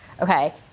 okay